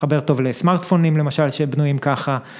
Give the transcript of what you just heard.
חבר טוב לסמארטפונים למשל שבנויים ככה.